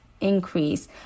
increase